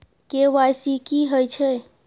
KYC की हय छै?